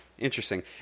Interesting